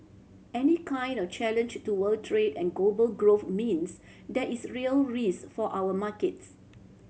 any kind of challenge to world trade and global growth means there is real risk for our markets